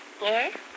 Yes